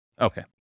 Okay